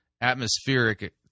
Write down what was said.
atmospheric